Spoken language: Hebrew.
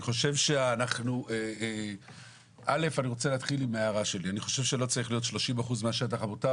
אני חושב שלא צריך להיות 30% מהשטח המותר,